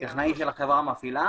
מטכנאי של החברה המפעילה